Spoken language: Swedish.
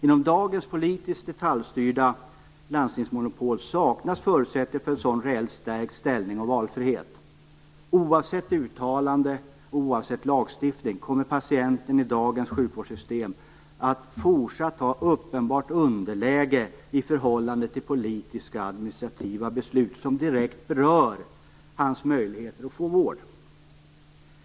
Inom dagens politiskt detaljstyrda landstingsmonopol saknas det förutsättningar för en sådan reellt stärkt ställning och valfrihet. Oavsett uttalanden och lagstiftning kommer patienten i dagens sjukvårdssystem att fortsatt vara i ett uppenbart underläge i förhållande till politiska och administrativa beslut som direkt berör patientens möjligheter att få vård.